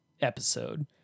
episode